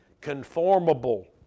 conformable